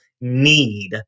need